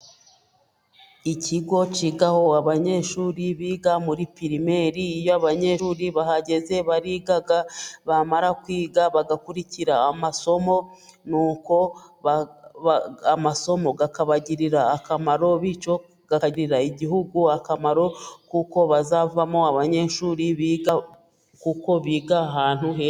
Ikigo cyigaho abanyeshuri biga muri pirimeri, iyo abanyeshuri bahageze bariga bamara kwiga bagakurikira amasomo, nuko amasomo akabagirira akamaro, bityo akagirira igihugu akamar,o kuko bazavamo abanyeshuri biga kuko biga ahantu heza.